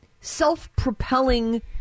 self-propelling